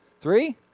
Three